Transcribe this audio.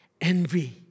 envy